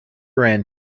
ran